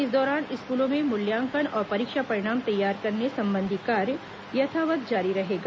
इस दौरान स्कूलों में मूल्यांकन और परीक्षा परिणाम तैयार करने संबंधी कार्य यथावत् जारी रहेगा